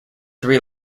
three